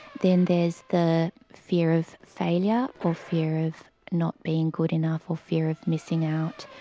then there is the fear of failure or fear of not being good enough or fear of missing out.